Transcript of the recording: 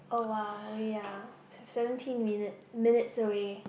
oh !wow! we are s~ seventeen minute minutes away